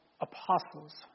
apostles